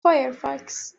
firefox